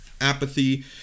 apathy